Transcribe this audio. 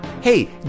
Hey